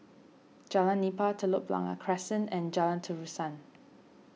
Jalan Nipah Telok Blangah Crescent and Jalan Terusan